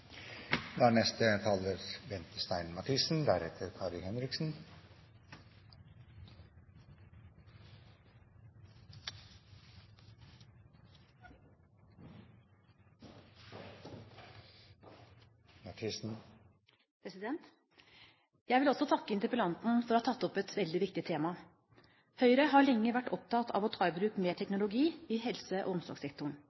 Jeg vil også takke interpellanten for å ha tatt opp et veldig viktig tema. Høyre har lenge vært opptatt av å ta i bruk mer